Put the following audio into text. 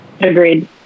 Agreed